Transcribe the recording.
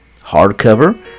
hardcover